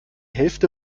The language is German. hälfte